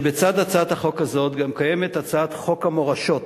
שבצד הצעת החוק הזאת גם קיימת הצעת חוק המורשות,